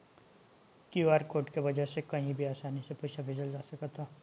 QR code के वजह से कही भी आसानी से पईसा भेजल जा सकत हवे